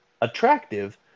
attractive